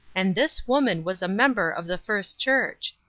and this woman was a member of the first church!